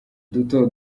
duto